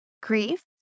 grief